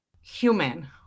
human